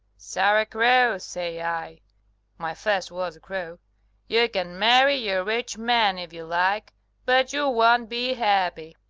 sarah crowe say i my first was a crowe you can marry your rich man if you like but you won't be happy.